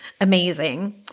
amazing